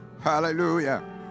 Hallelujah